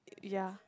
ya